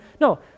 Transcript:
No